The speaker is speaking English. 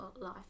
life